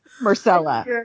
Marcella